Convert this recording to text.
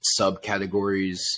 subcategories